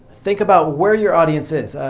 think about where your audience is.